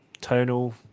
tonal